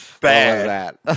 bad